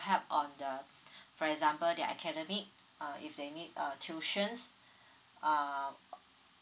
help on the for example their academic uh if they need uh tuitions uh